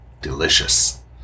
delicious